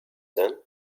then